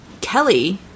Kelly